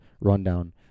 rundown